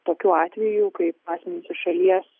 tokių atvejų kaip mūsų šalies